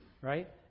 right